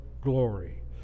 glory